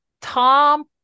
tom